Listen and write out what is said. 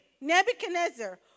Nebuchadnezzar